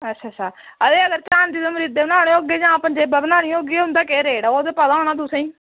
अच्छा अड़ेओ परांदी दे मरादे बनाने होगे ते पंजेबां बनानियां होगियां उं'दा केह् रेट ऐ ओह् ते पता होना तुसेंगी